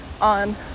on